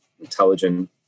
intelligent